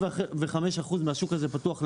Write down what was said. כ-85% מהשוק הזה פתוח לייבוא.